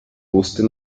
wusste